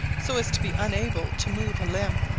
so as to be unable to move a limb.